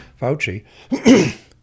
Fauci